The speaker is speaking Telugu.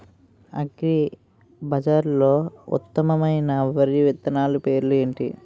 అగ్రిబజార్లో ఉత్తమమైన వరి విత్తనాలు పేర్లు ఏంటి?